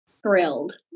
Thrilled